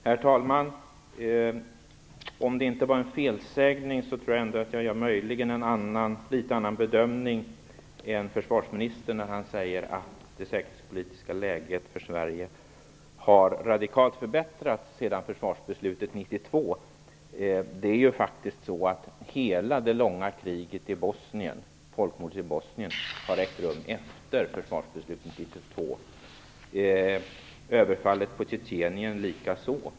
Herr talman! Om det inte var en felsägning tror jag ändå att jag nog gör en något annan bedömning än försvarsministern när han säger att det säkerhetspolitiska läget för Sverige har förbättrats radikalt sedan försvarsbeslutet 1992. Det är faktiskt så att hela det långa kriget, folkmordet, i Bosnien har ägt rum efter försvarsbeslutet 1992. Detsamma gäller för överfallet på Tjetjenien.